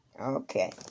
Okay